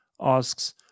asks